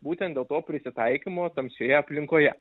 būtent dėl to prisitaikymo tamsioje aplinkoje